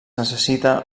necessita